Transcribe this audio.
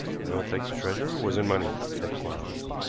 i don't think the treasure was in money, said quarles.